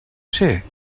ser